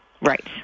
right